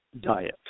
diet